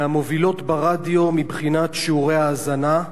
מהמובילות ברדיו מבחינת שיעורי האזנה,